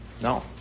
No